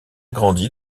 grandi